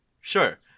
Sure